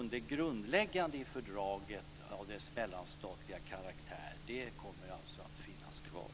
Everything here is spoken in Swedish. Det grundläggande i fördraget av dess mellanstatliga karaktär kommer alltså att finnas kvar.